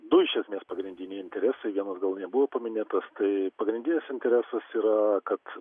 du iš esmės pagrindiniai interesai vienas gal nebuvo paminėtas tai pagrindinis interesas yra kad